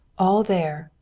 all there,